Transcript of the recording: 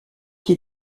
qui